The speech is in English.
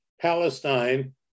Palestine